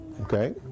Okay